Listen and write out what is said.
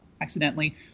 accidentally